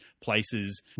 places